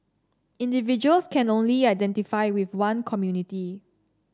individuals can only identify with one community